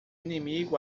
inimigo